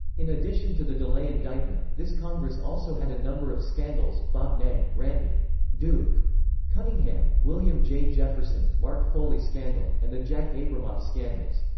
in addition to the delay indictment, this congress also had a number of scandals bob ney, randy duke cunningham, william j. jefferson, mark foley scandal, and the jack abramoff scandals.